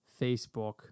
Facebook